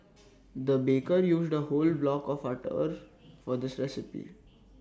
the baker used A whole block of butter for this recipe